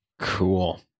Cool